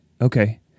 Okay